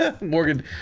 Morgan